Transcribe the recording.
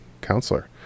counselor